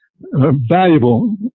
valuable